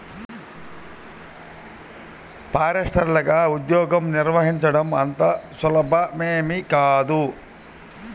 ఫారెస్టర్లగా ఉద్యోగం నిర్వహించడం అంత సులభమేమీ కాదు